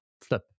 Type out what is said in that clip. flip